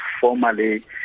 formally